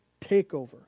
takeover